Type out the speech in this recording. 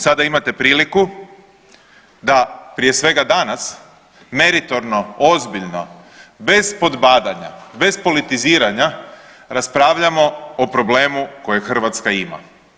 Sada imate priliku da prije svega danas, meritorno, ozbiljno, bez podbadanja, bez politiziranja raspravljamo o problemu kojeg Hrvatska ima.